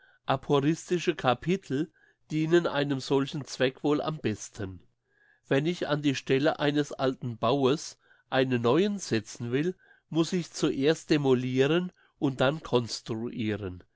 aphoristische capitel dienen einem solchen zweck wohl am besten wenn ich an die stelle eines alten baues einen neuen setzen will muss ich zuerst demoliren und dann construiren